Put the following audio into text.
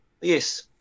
Yes